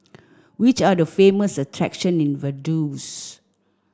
which are the famous attractions in Vaduz